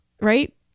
right